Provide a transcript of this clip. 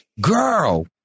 girl